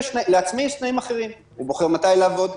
לעצמאי יש תנאים אחרים הוא בוחר מתי לעבוד,